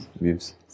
views